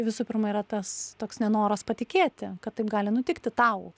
visų pirma yra tas toks nenoras patikėti kad taip gali nutikti tau